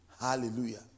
Hallelujah